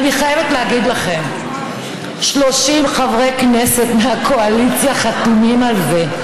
ואני חייבת להגיד לכם: 30 חברי כנסת מהקואליציה חתומים על זה.